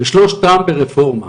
ושלושתם ברפורמה.